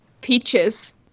Peaches